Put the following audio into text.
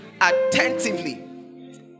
attentively